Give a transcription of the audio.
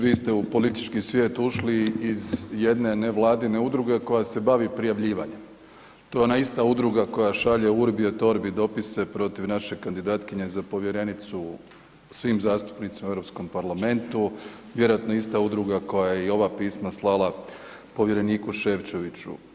Vi ste u politički svijet ušli iz jedne nevladine udruge koja se bavi prijavljivanjem, to je ona ista udruga koja šalje urbi et orbi dopise protiv naše kandidatkinje za povjerenicu svim zastupnicima u Europskom parlamentu, vjerojatno ista udruga koja je ova ista pisma slala povjereniku Ševčeviću.